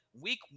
week